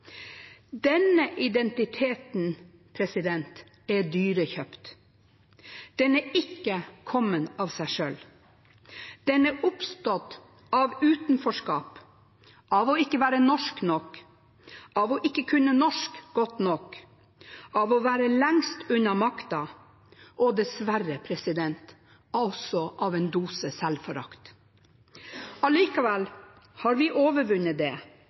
Denne identiteten er dyrekjøpt. Den er ikke kommet av seg selv. Den er oppstått av utenforskap, av ikke å være norsk nok, av ikke å kunne norsk godt nok, av å være lengst unna makten og – dessverre – også av en dose selvforakt. Allikevel har vi overvunnet det.